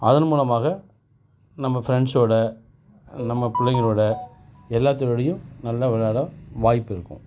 அதன் மூலமாக நம்ம ஃப்ரெண்ட்ஸோடு நம்ம பிள்ளைங்களோடு எல்லாத்தோடையும் நல்லா விளாட வாய்ப்பு இருக்கும்